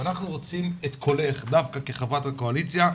אנחנו רוצים את קולך, דווקא כחברת הקואליציה,